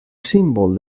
símbol